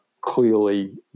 clearly